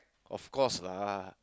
of course lah